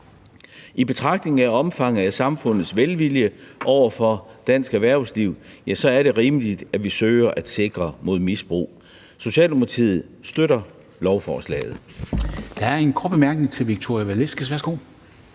I betragtning af omfanget af samfundets velvilje over for dansk erhvervsliv, er det rimeligt, at vi søger at sikre samfundet mod misbrug. Socialdemokratiet støtter lovforslaget. Kl. 20:08 Formanden (Henrik Dam Kristensen):